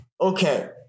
okay